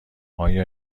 آیا